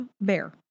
Bear